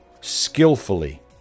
skillfully